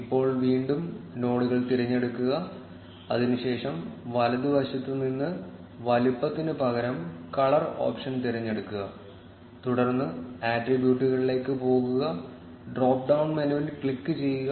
ഇപ്പോൾ വീണ്ടും നോഡുകൾ തിരഞ്ഞെടുക്കുക അതിനുശേഷം വലതുവശത്ത് നിന്ന് വലുപ്പത്തിന് പകരം കളർ ഓപ്ഷൻ തിരഞ്ഞെടുക്കുക തുടർന്ന് ആട്രിബ്യൂട്ടുകളിലേക്ക് പോകുക ഡ്രോപ്പ് ഡൌൺ മെനുവിൽ ക്ലിക്ക് ചെയ്യുക